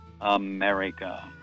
America